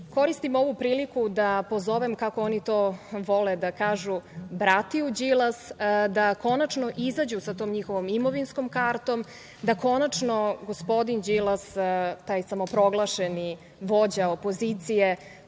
zemlji? Koristim ovu priliku da pozovem, kako oni to vole da kažu, bratiju Đilas da konačno izađu sa tom njihovom imovinskom kartom, da konačno gospodin Đilas, taj samoproglašeni vođa opozicije